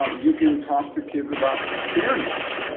um you can talk to kids about fairness,